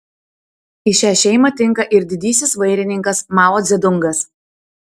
į šią šeimą tinka ir didysis vairininkas mao dzedungas